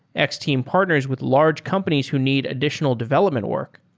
x-team partners with large companies who need additional development work.